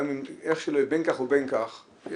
בין כך ובין כך,